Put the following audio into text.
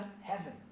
heaven